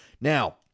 Now